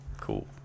cool